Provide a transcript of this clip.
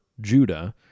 Judah